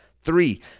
Three